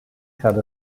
had